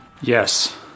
Yes